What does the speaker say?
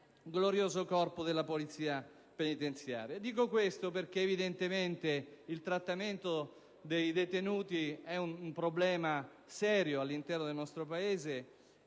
Dico questo perché evidentemente il trattamento dei detenuti è un problema serio all'interno del nostro Paese.